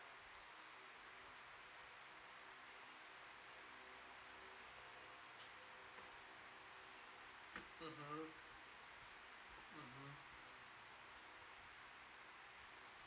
mmhmm mmhmm